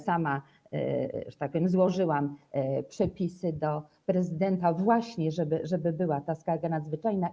Sama, że tak powiem, złożyłam przepisy do prezydenta, właśnie żeby była ta skarga nadzwyczajna.